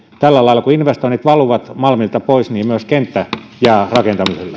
tällä lailla kun investoinnit valuvat malmilta pois kenttä myös jää rakentamiselle